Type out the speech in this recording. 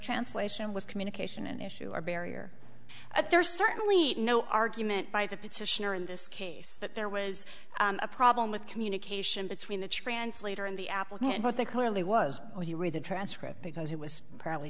translation was communication an issue or barrier but there's certainly no argument by the petitioner in this case that there was a problem with communication between the translator and the applicant and what they clearly was if you read the transcript because he was apparently